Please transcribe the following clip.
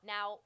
Now